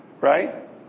Right